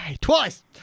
twice